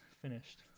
finished